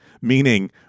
meaning